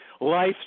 Life